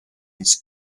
ist